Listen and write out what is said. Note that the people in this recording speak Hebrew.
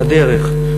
הדרך,